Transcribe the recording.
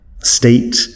state